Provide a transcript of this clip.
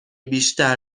بیشتر